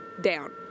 down